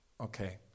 Okay